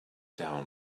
down